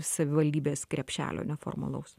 savivaldybės krepšelio neformalaus